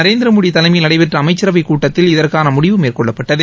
நரேந்திரமோடி தலைமையில் நடைபெற்ற அமைச்சுவை கூட்டத்தில் இதற்கான முடிவு மேற்கொள்ளப்பட்டது